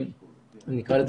נקרא לזה,